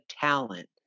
talent